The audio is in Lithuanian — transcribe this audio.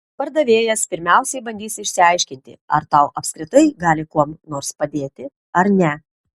pardavėjas pirmiausiai bandys išsiaiškinti ar tau apskritai gali kuom nors padėti ar ne